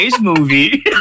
movie